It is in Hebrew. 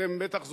אתם בטח זוכרים,